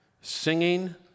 Singing